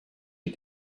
les